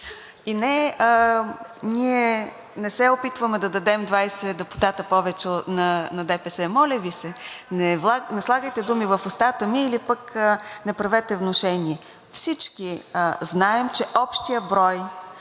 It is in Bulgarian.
И не, ние не се опитваме да дадем 20 депутати повече на ДПС. Моля Ви се, не слагайте думи в устата ми, или пък не правете внушение. Всички знаем, че общият брой